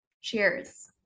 Cheers